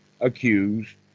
accused